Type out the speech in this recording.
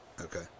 Okay